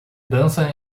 dança